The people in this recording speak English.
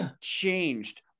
changed